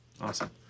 Awesome